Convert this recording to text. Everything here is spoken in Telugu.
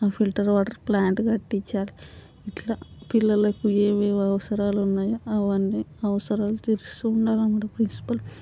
ఆ ఫిల్టర్ వాటర్ ప్లాంట్ కట్టించాలి ఇట్లా పిల్లలకు ఏవేవి అవసరాలు ఉన్నాయో అవన్నీ అవసరాలు తీరుస్తూ ఉండాలి అన్నమాట ప్రిన్సిపల్